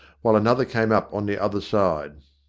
while another came up on the other side.